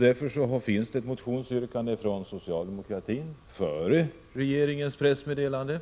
Det finns ett motionsyrkande från socialdemokratin före regeringens pressmeddelande,